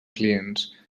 clients